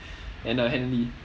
and are